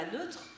neutre